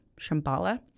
Shambhala